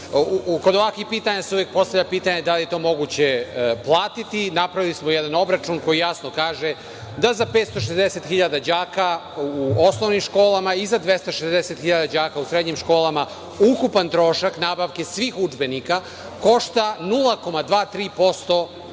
Kod ovakvih pitanja se uvek postavlja pitanje da li je to moguće platiti? Napravili smo jedan obračun koji jasno kaže da za 560.000 đaka u osnovnim školama i za 260.000 đaka u srednjim školama, ukupan trošak nabavke svih udžbenika košta 0,23% budžeta